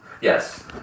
Yes